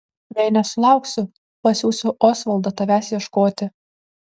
jei nesulauksiu pasiųsiu osvaldą tavęs ieškoti